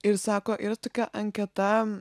ir sako yra tokia anketa